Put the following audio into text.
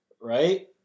Right